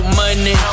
money